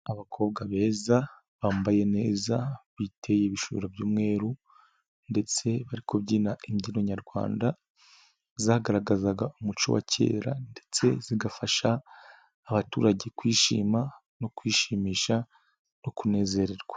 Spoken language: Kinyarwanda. Abakobwa beza bambaye neza, biteye ibishura by'umweru ndetse bari kubyina imbyino nyarwanda, zagaragazaga umuco wa kera ndetse zigafasha abaturage kwishima no kwishimisha no kunezererwa.